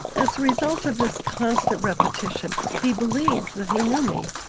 as a result of this constant repetition he believed that he knew me.